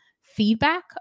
feedback